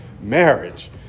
marriage